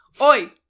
Oi